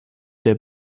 der